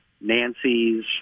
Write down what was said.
Nancy's